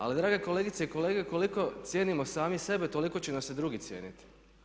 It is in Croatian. Ali drage kolegice i kolege, koliko cijenimo sami sebe, toliko će nas i drugi cijeniti.